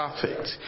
perfect